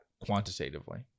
quantitatively